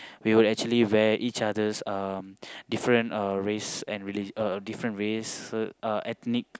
we would actually wear each other's um different uh race and reli~ uh different race uh ethnic